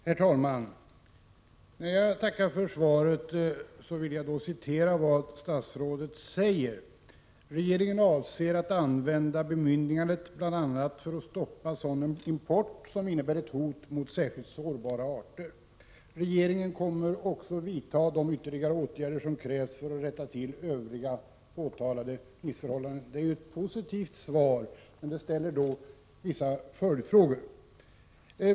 Herr talman! Jag tackar för svaret och vill citera vad statsrådet där säger: ”Regeringen avser att använda bemyndigandet bl.a. för att stoppa sådan import som innebär ett hot mot särskilt sårbara arter. Regeringen kommer också att vidta de ytterligare åtgärder som krävs för att rätta till övriga påtalade missförhållanden.” Det är ju ett positivt svar, men det motiverar vissa följdfrågor.